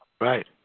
Right